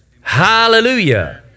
hallelujah